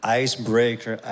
icebreaker